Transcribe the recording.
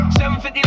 750